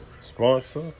sponsor